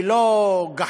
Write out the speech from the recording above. היא לא גחמה,